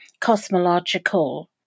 cosmological